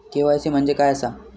KYC म्हणजे काय आसा?